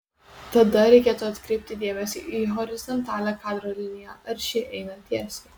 tada reikėtų atkreipti dėmesį į horizontalią kadro liniją ar ši eina tiesiai